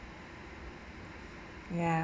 ya